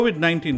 COVID-19